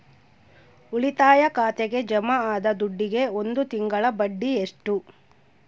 ಉಳಿತಾಯ ಖಾತೆಗೆ ಜಮಾ ಆದ ದುಡ್ಡಿಗೆ ಒಂದು ತಿಂಗಳ ಬಡ್ಡಿ ಎಷ್ಟು?